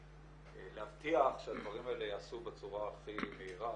להבטיח שהדברים האלה ייעשו בצורה הכי מהירה,